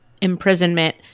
imprisonment